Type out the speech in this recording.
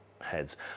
heads